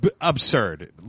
absurd